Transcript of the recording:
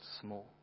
small